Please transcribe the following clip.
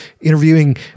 interviewing